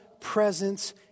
presence